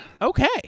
Okay